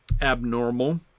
abnormal